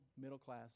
middle-class